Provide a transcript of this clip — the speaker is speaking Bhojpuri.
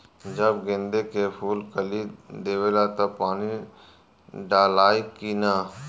जब गेंदे के फुल कली देवेला तब पानी डालाई कि न?